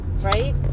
right